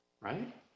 right